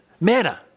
Manna